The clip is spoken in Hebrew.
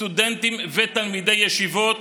סטודנטים ותלמידי ישיבות,